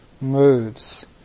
moods